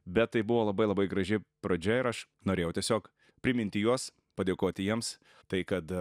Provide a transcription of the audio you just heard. bet tai buvo labai labai graži pradžia ir aš norėjau tiesiog priminti juos padėkoti jiems tai kad